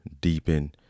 deepen